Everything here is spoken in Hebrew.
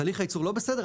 תהליך הייצור לא בסדר?